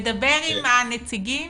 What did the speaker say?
מדבר עם הנציגים?